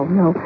no